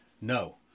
No